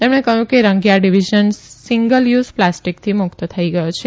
તેમણે કહ્યું કે રંગીયા ડીવીઝન સિંગલ યુઝ પ્લાસ્ટિકથી મુક્ત થઈ ગયો છે